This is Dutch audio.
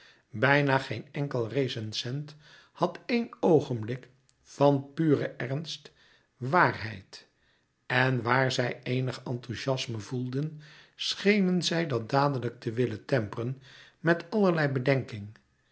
bijna geen enkel recensent had één oogenblik van puren ernst waarheid en waar zij eenig enthouziasme voelden schenen zij dat dadelijk te willen temperen met allerlei bedenking